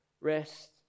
Rest